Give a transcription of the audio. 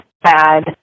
bad